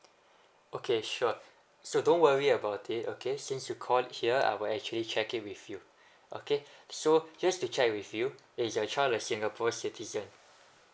okay sure so don't worry about it okay since you called here I will actually check it with you okay so just to check with you is your child a singapore citizen